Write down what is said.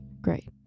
Great